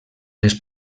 les